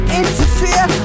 interfere